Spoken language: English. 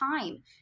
time